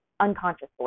unconsciously